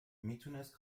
میتونست